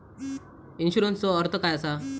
इन्शुरन्सचो अर्थ काय असा?